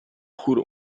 juro